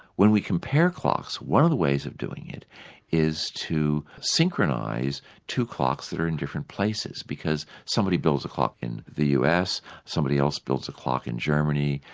when we compare clocks one of the ways of doing it is to synchronise to clocks that are in different places, because somebody builds a clock in the us, somebody else builds a clock in germany,